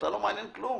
אותה לא מעניין כלום.